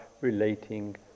relating